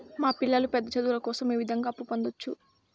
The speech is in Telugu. మా పిల్లలు పెద్ద చదువులు కోసం ఏ విధంగా అప్పు పొందొచ్చు?